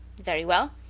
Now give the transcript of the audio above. very well.